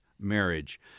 marriage